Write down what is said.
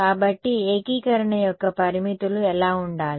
కాబట్టి ఏకీకరణ యొక్క పరిమితులు ఎలా ఉండాలి